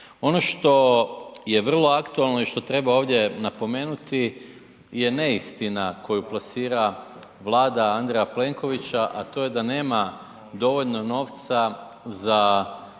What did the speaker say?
Ono što je vrlo aktualno i što treba ovdje napomenuti je neistina koju plasira Vlada Andreja Plenkovića, a to je da nema dovoljno novca za prosvjetne